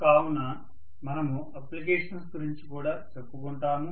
కావున మనము అప్లికేషన్స్ గురించి కూడా చెప్పుకుంటాము